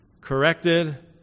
corrected